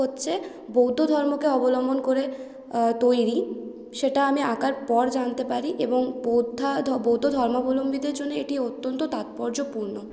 হচ্ছে বৌদ্ধ ধর্মকে অবলম্বন করে তৈরি সেটা আমি আঁকার পর জানতে পারি এবং বৌদ্ধা বৌদ্ধ ধর্মাবলম্বীদের জন্য এটি অত্যন্ত তাৎপর্যপূর্ণ